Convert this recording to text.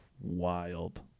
wild